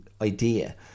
idea